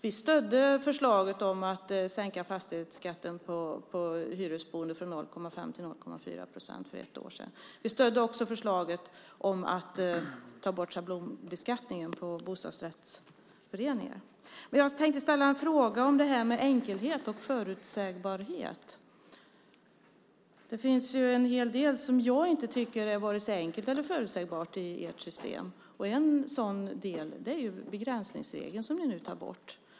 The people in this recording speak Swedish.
Vi stödde förslaget om att sänka fastighetsskatten för hyresboende från 0,5 till 0,4 procent för ett år sedan. Vi stödde också förslaget om att ta bort schablonbeskattningen på bostadsrättsföreningar. Men jag tänkte ställa en fråga om enkelhet och förutsägbarhet. Det finns en hel del som jag inte tycker är vare sig enkelt eller förutsägbart i ert system. En sådan del är begränsningsregeln som ni nu tar bort.